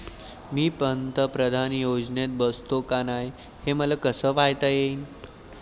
मी पंतप्रधान योजनेत बसतो का नाय, हे मले कस पायता येईन?